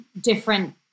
different